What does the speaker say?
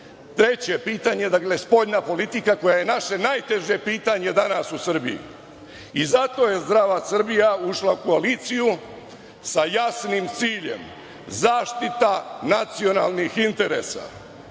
treće pitanje, dakle, spoljna politika koja je naše najteže pitanje danas u Srbiji. I zato je Zdrava Srbija ušla u koaliciju sa jasnim ciljem - zaštita nacionalnih interesa.